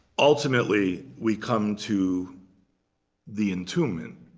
ultimately, we come to the entombment,